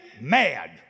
mad